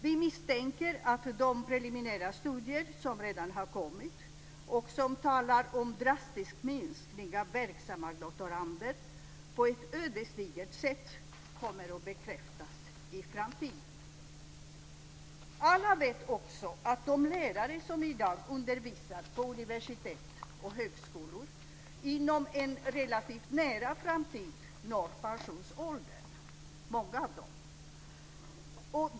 Vi misstänker att de preliminära studier som redan har kommit och som talar om en drastisk minskning av verksamma doktorander på ett ödesdigert sätt kommer att bekräftas i framtiden. Alla vet också att många av de lärare som i dag undervisar på universitet och högskolor inom en relativt nära framtid når pensionsåldern.